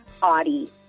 Audie